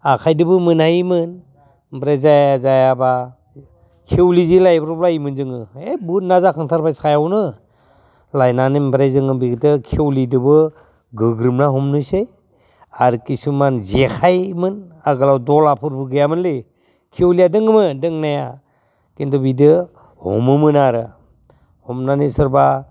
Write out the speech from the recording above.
आखाइदोबो मोनहायोमोन ओमफ्राय जाया जायाबा खेवलिजो लायब्र'बलायोमोन जोङो ओइ बुहुद ना जाखांथारबाय सायावनो लायनानै ओमफ्राय जों दा खेवलिदोबो गोग्रोमना हमनोसै आरो किसुमान जेखाइमोन आगोलाव दलाफोरबो गैयामोनलै खेवलिया दोंमोन दोंनाया खिन्थु बिदो हमोमोन आरो हमनानै सोरबा